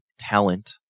talent